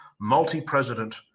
multi-president